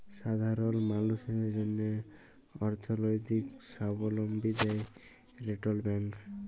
সাধারল মালুসের জ্যনহে অথ্থলৈতিক সাবলম্বী দেয় রিটেল ব্যাংক